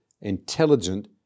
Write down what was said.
intelligent